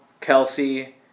Kelsey